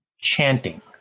chanting